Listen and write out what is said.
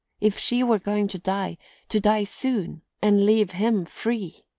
if she were going to die to die soon and leave him free!